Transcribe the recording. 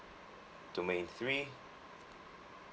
domain three